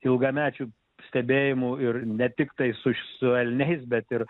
ilgamečių stebėjimų ir ne tiktai su š su elniais bet ir